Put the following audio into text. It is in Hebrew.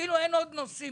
כאילו אין עוד נושאים.